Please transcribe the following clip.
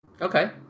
Okay